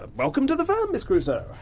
ah welcome to the firm, miss crusoe.